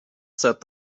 said